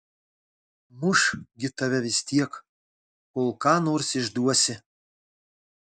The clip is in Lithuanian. muš gi tave vis tiek kol ką nors išduosi